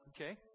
Okay